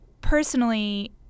personally